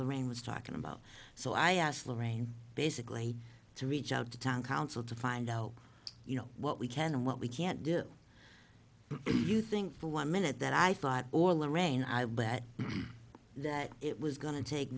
lorraine was talking about so i asked lorraine basically to reach out to town council to find out you know what we can and what we can't do you think for one minute that i thought or lorraine i would bet that it was going to take